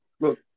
Look